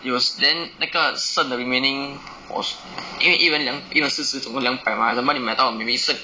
it will then 那个剩的 remaining 我因为一人两一人四十总共两百 mah for example 你买到 maybe 剩